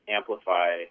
amplify